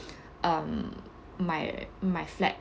um my my flat